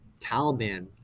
Taliban